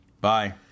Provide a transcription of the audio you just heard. Bye